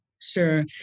Sure